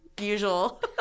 usual